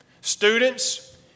Students